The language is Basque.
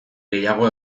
gehiago